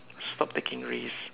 stop taking risks